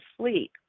sleep